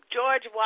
George